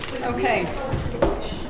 Okay